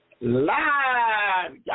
Live